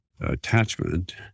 attachment